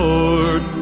Lord